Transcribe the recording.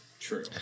True